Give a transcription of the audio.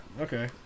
Okay